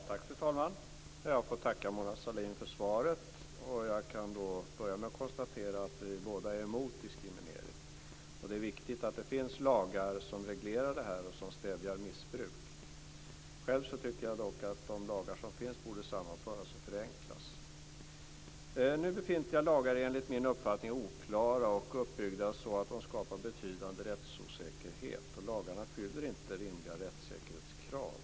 Fru talman! Jag får tacka Mona Sahlin för svaret. Jag kan börja med att konstatera att vi båda är emot diskriminering. Det är viktigt att det finns lagar som reglerar det här och som stävjar missbruk. Själv tycker jag dock att de lagar som finns borde sammanföras och förenklas. Nu befintliga lagar är, enligt min uppfattning, oklara och uppbyggda så att de skapar betydande rättsosäkerhet, och lagarna fyller inte rimliga rättssäkerhetskrav.